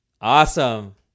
Awesome